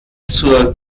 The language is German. zur